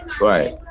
Right